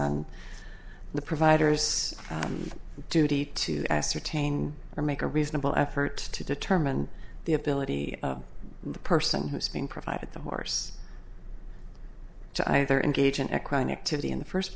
on the providers duty to ascertain or make a reasonable effort to determine the ability of the person who's being provided the horse to either engage in akron activity in the first